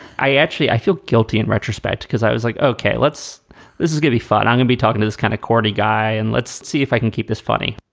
i actually i feel guilty in retrospect because i was like, okay, let's this is give me fat. i'm going be talking to this kind of cordie guy and let's see if i can keep this funny.